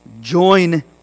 join